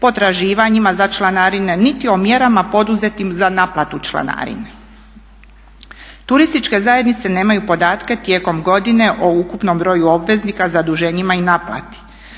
potraživanjima za članarine, niti o mjerama poduzetim za naplatu članarine. Turističke zajednice nemaju podatke tijekom godine o ukupnom broju obveznika zaduženjima i naplati.